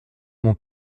mon